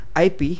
IP